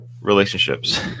relationships